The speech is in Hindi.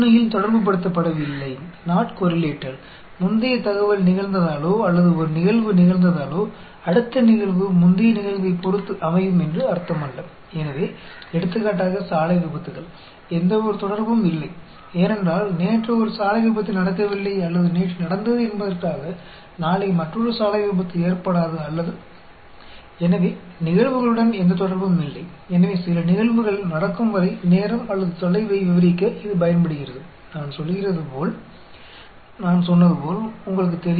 इसलिए उदाहरण के लिए सड़क दुर्घटनाएं सड़क दुर्घटनाओं में कोई सहसंबंध नहीं है क्योंकि यदि एक सड़क दुर्घटना कल नहीं हुई थी या कल हुई थी या एक और सड़क दुर्घटना जो कल हो सकती है या कल नहीं हो सकती है या तो जो सड़क दुर्घटनाएं होती है जो आज हुई है जो कल होगी ऐसी सड़क दुर्घटनाओं में कोई संबंध नहीं है